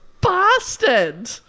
bastard